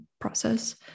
process